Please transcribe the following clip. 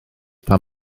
pan